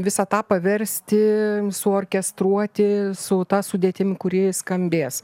visą tą paversti suorkestruoti su ta sudėtim kuri skambės